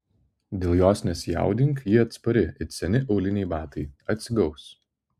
dėl jos nesijaudink ji atspari it seni auliniai batai atsigaus